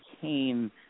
cane